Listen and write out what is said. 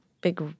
big